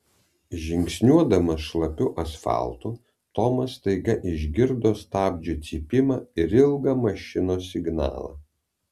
žingsniuodamas šlapiu asfaltu tomas staiga išgirdo stabdžių cypimą ir ilgą mašinos signalą